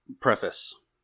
preface